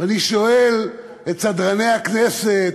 ואני שואל את סדרני הכנסת,